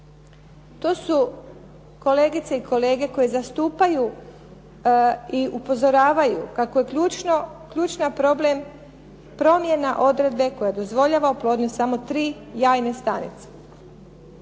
To su kolegice i kolege koje zastupaju i upozoravaju kako je ključni problem promjena odredbe koja dozvoljava oplodnju samo tri jajne stanice.